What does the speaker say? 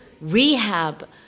rehab